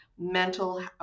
mental